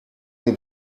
mir